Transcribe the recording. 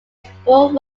sport